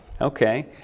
Okay